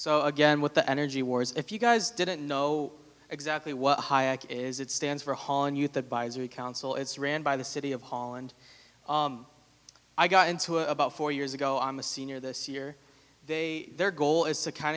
so again with the energy wars if you guys didn't know exactly what is it stands for holland youth advisory council it's ran by the city of holland i got into about four years ago i'm a senior this year their goal is to kind